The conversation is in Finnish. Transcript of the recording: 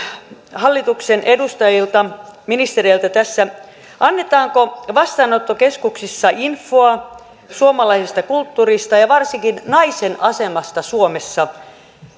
hallituksen edustajilta ministereiltä tässä annetaanko vastaanottokeskuksissa infoa suomalaisesta kulttuurista ja ja varsinkin naisen asemasta suomessa